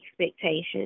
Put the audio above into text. expectations